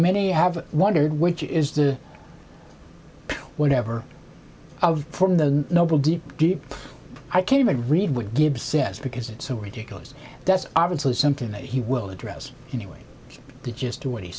many have wondered which is the whatever of from the noble deep deep i can't even read what gibbs says because it's so ridiculous that's obviously something that he will address anyway to just do what he